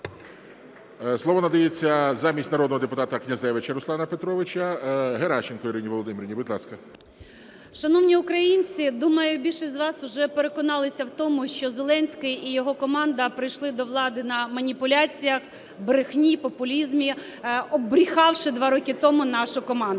Слово надається замість народного депутата Князевича Руслана Петровича Геращенко Ірині Володимирівні. Будь ласка. 10:25:00 ГЕРАЩЕНКО І.В. Шановні українці! Думаю, більшість з вас уже переконалися в тому, що Зеленський і його команда прийшли до влади на маніпуляціях, брехні й популізмі, оббрехавши два роки тому нашу команду.